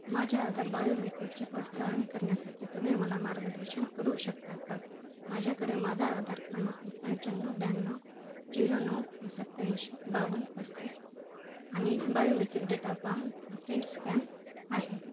माझ्या आधार बायोमेट्रिकची पडताळणी करण्यासाठी तुम्ही मला मार्गदर्शन करू शकता का माझ्याकडे माझा आधार क्रमांक पंच्याण्णव ब्याण्णव झिरो नऊ सत्याऐंशी बावन्न पस्तीस आणि biometric data palm print scan आहे